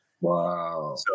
Wow